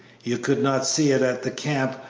you could not see it at the camp,